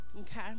okay